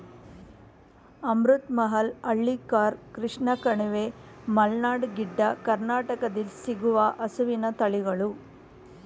ಅಮೃತ್ ಮಹಲ್, ಹಳ್ಳಿಕಾರ್, ಕೃಷ್ಣ ಕಣಿವೆ, ಮಲ್ನಾಡ್ ಗಿಡ್ಡ, ಕರ್ನಾಟಕದಲ್ಲಿ ಸಿಗುವ ಹಸುವಿನ ತಳಿಗಳು